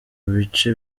bice